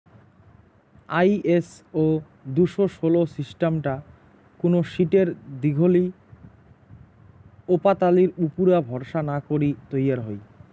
ISO দুশো ষোল সিস্টামটা কুনো শীটের দীঘলি ওপাতালির উপুরা ভরসা না করি তৈয়ার হই